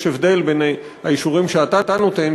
יש הבדל בין המכרזים שאתה נותן,